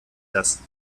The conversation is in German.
das